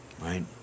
Right